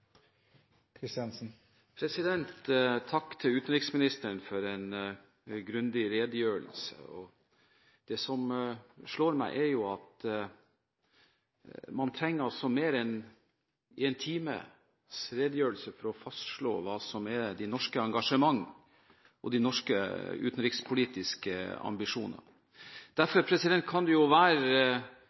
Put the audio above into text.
Takk til utenriksministeren for en grundig redegjørelse. Det som slår meg, er jo at man trenger mer enn én times redegjørelse for å fastslå hva som er det norske engasjement og de norske utenrikspolitiske ambisjonene. Derfor kan det